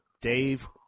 Dave